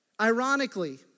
Ironically